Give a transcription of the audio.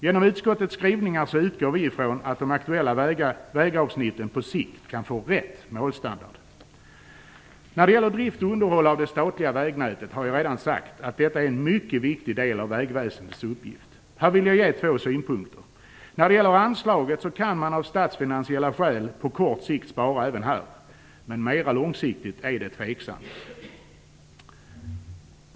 Genom utskottets skrivningar utgår vi ifrån att de aktuella vägavsnitten på sikt kan få rätt målstandard. När det gäller drift och underhåll av det statliga vägnätet har jag redan sagt att detta är en mycket viktig del av vägväsendets uppgift. Här vill jag ge två synpunkter. När det gäller anslaget kan man av statsfinansiella skäl på kort sikt spara även här, men mer långsiktigt är det tveksamt.